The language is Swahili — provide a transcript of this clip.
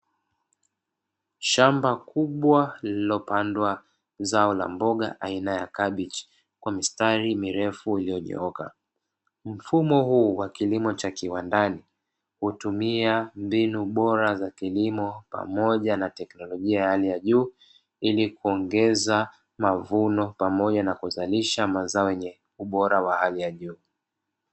Shamba kubwa lililopandwa zao la mboga aina ya kabichi kwa mistari mirefu iliyonyooka mfumo huu wa kilimo cha kiwandani hutumia mbinu bora za kilimo pamoja na teknolojia ya hali ya juu ili kuongeza mavuno pamoja na kuzalisha mazao yenye ubora wa hali ya juu.